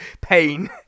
pain